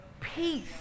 peace